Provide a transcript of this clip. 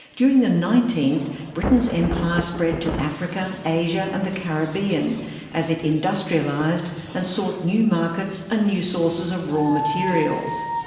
during the nineteenth, britain's empire spread to africa, asia and the caribbean as it industrialised and sought new markets and ah new sources of raw materials.